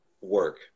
work